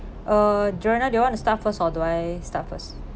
uh joanna do you want to start first or do I start first